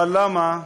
אבל למה?